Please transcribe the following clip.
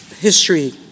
history